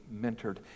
mentored